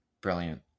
brilliant